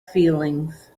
feelings